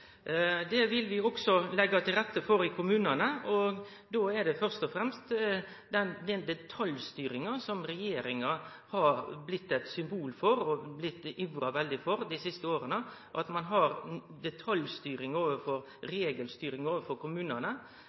Det vil vi også leggje til rette for i kommunane. Då gjeld det først og framst den detaljstyringa som regjeringa har blitt eit symbol på og har ivra veldig for dei siste åra, at ein detaljstyrer og har regelstyring av kommunane.